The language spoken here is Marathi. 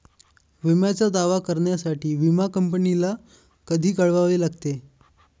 विम्याचा दावा करण्यासाठी विमा कंपनीला कधी कळवावे लागते?